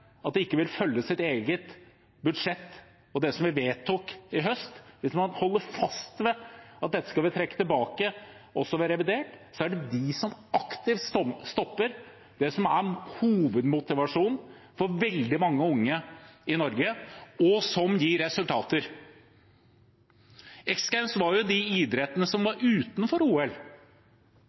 at de ikke vil følge sitt eget budsjett og det som vi vedtok i høst, hvis de holder fast ved å trekke dette tilbake også ved revidert, er det de som aktivt stopper det som er hovedmotivasjonen for veldig mange unge i Norge, og som gir resultater. X Games var jo de idrettene som var utenfor OL.